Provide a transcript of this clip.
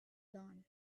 dawn